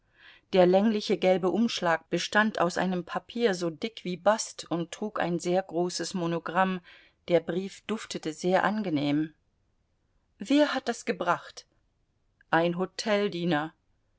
der längliche gelbe umschlag bestand aus einem papier so dick wie bast und trug ein sehr großes monogramm der brief duftete sehr angenehm wer hat das gebracht ein hoteldiener